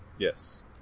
Yes